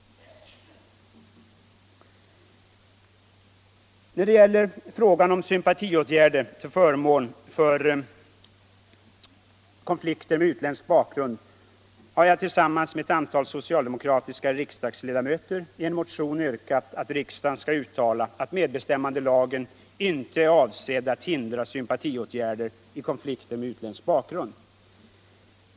När det gäller frågan om sympatiåtgärder till förmån för konflikter med utländsk bakgrund har jag tillsammans med ett antal socialdemokratiska riksdagsledamöter i en motion yrkat att riksdagen skall uttala att medbestämmandelagen inte är avsedd att hindra sådana sympatiåtgärder.